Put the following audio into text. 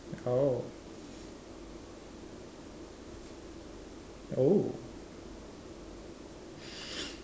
oh oh